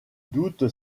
doute